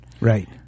Right